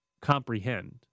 comprehend